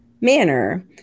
manner